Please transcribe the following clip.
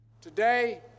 Today